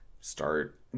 start